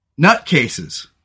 nutcases